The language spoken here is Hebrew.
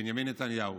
בנימין נתניהו,